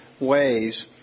ways